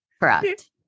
Correct